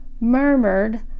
murmured